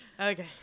Okay